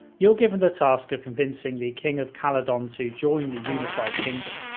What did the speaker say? you're given the task of convincing the king of caladon to join the unified kingdom.